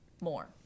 more